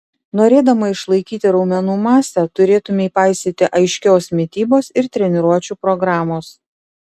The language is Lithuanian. norėdama išlaikyti raumenų masę turėtumei paisyti aiškios mitybos ir treniruočių programos